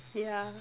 yeah